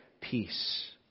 peace